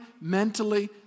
mentally